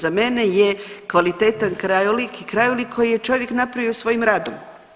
Za mene je kvalitetan krajolik, krajolik koji je čovjek napravio svojim radom.